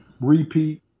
repeat